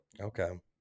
Okay